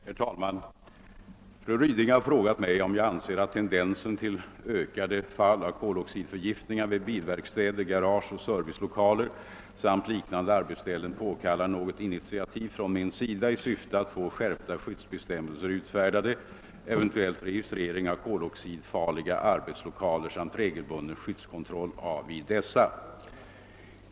Herr talman! Fru Ryding har frågat mig om jag anser att tendensen till ökade fall av koloxidförgiftningar vid bilverkstäder, garageoch servicelokaler samt liknande arbetsställen påkallar något initiativ från min sida i syfte att få skärpta skyddsbestämmelser utfärdade, eventuellt registrering av koloxidfarliga arbetslokaler samt regelbunden skyddskontroll vid dessa.